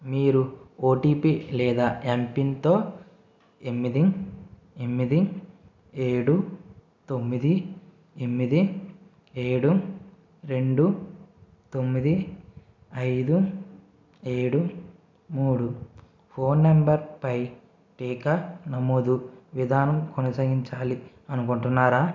మీరు ఓటీపీ లేదా ఎమ్పిన్తో ఎమ్మిది ఎమ్మిది ఏడు తొమ్మిది ఎమ్మిది ఏడు రెండు తొమ్మిది ఐదు ఏడు మూడు ఫోన్ నెంబర్ పై టీకా నమోదు విధానం కొనసాగించాలి అనుకుంటున్నారా